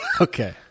Okay